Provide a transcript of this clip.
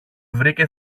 βρήκε